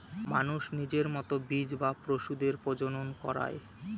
মানুষ নিজের মতো বীজ বা পশুদের প্রজনন করায়